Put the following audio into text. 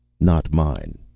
not mine.